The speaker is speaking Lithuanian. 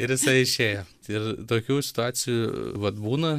ir jisai išėjo ir tokių situacijų vat būna